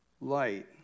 light